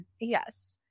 Yes